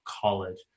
college